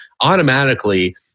automatically